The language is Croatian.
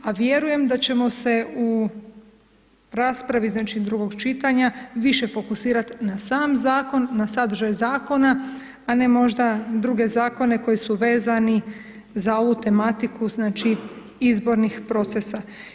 A vjerujem da ćemo se u raspravi znači drugog čitanja više fokusirati na sam zakon, na sadržaj zakona a ne možda na druge zakone koji su vezani za ovu tematiku, znači izbornih procesa.